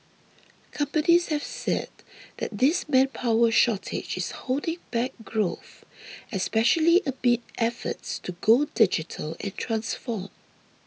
companies have said that this manpower shortage is holding back growth especially amid efforts to go digital and transform